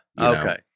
okay